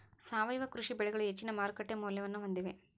ಸಾವಯವ ಕೃಷಿ ಬೆಳೆಗಳು ಹೆಚ್ಚಿನ ಮಾರುಕಟ್ಟೆ ಮೌಲ್ಯವನ್ನ ಹೊಂದಿವೆ